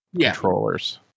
controllers